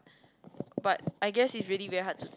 but I guess it's really very hard to